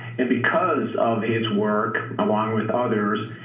and because of his work, along with others,